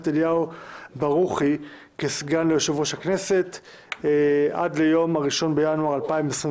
אליהו ברוכי כסגן ליושב-ראש הכנסת עד ליום 1 בינואר 2021,